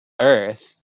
Earth